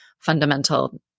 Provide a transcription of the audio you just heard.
fundamental